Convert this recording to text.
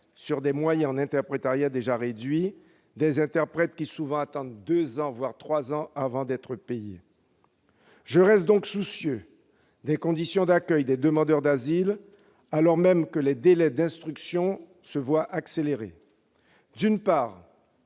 sur des moyens en interprétariat déjà réduits. Les interprètes attendent ainsi souvent deux, voire trois ans, avant d'être payés. Je reste donc soucieux des conditions d'accueil des demandeurs d'asile, alors même que les délais d'instruction se voient accélérés. D'une part,